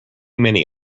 many